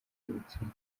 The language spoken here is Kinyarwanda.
ibitsina